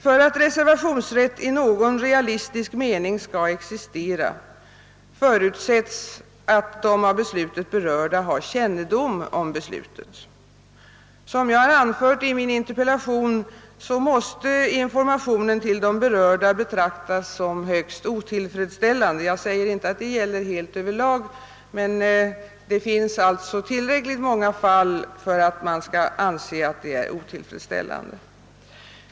För att reservation i någon realistisk mening skall existera förutsätts att de av beslutet berörda har kännedom om beslutet. Som jag anfört i min interpellation måste informationen till de berörda betraktas som högst otillfredsställande. Jag säger inte att detta gäller helt över lag, men det finns tillräckligt många fall för att man skall anse att informationen är otillfredsställande.